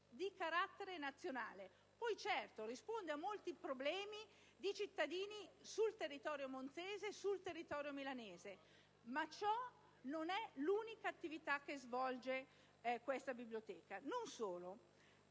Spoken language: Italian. di carattere nazionale. Certo, essa risponde a molti problemi di cittadini sul territorio monzese e sul territorio milanese: ma questa non è l'unica attività che svolge. Non solo: